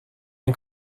این